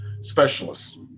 specialists